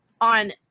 on